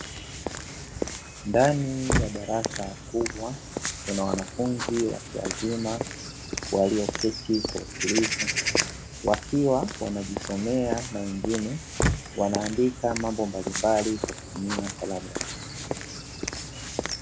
Ndani ya darasa kubwa kuna wanafunzi watu wazima walioketi kwa utulivu wakiwa wanajisomea na wengine wanaandika mambo mbalimbali kwa kutumia kalamu.